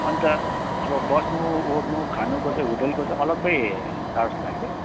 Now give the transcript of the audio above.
अन्त अब बस्नु ओर्नु खानुको चाहिँ होटेलको चाहिँ अलग्गै चार्ज लाग्छ